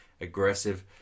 aggressive